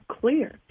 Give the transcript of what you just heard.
clear